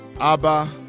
Abba